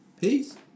Peace